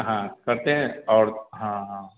हाँ करते हैं और हाँ हाँ